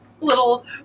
little